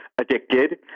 addicted